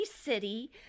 city